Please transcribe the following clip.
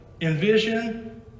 Envision